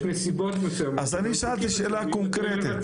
יש נסיבות מסוימות --- אני שאלתי שאלה קונקרטית,